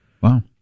Wow